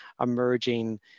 emerging